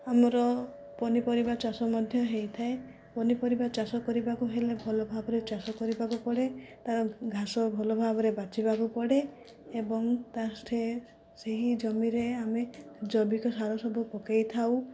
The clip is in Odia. ଆମର ପନିପରିବା ଚାଷ ମଧ୍ୟ ହୋଇଥାଏ ପନିପରିବା ଚାଷ କରିବାକୁ ହେଲେ ଭଲ ଭାବରେ ଚାଷ କରିବାକୁ ପଡ଼େ ତା ଘାସ ଭଲ ଭାବରେ ବାଛିବାକୁ ପଡ଼େ ଏବଂ ତା ସେହି ଜମିରେ ଆମେ ଜୈବିକ ସାର ସବୁ ପକେଇଥାଉ